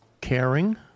caring